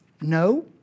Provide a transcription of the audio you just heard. No